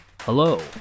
Hello